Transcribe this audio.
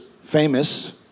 famous